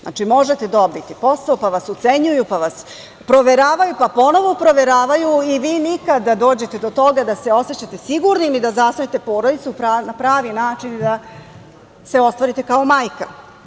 Znači, možete dobiti posao, pa vas ucenjuju, pa vas proveravaju, pa ponovo proveravaju i vi nikada da dođete do toga da se osećate sigurnim i da zasnujete porodicu na pravi način i da se ostvarite kao majka.